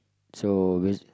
so we